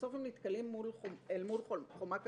ובסוף הם נתקלים אל מול חומה כזאת,